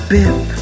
bip